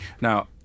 Now